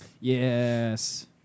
Yes